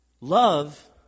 Love